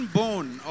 bone